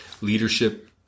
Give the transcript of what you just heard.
leadership